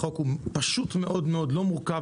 החוק הוא פשוט ולא מורכב,